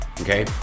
Okay